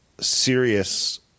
serious